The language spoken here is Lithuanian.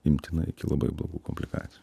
imtinai iki labai blogų komplikacijų